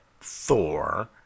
Thor